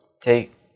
take